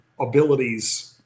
abilities –